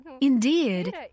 Indeed